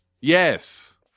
Yes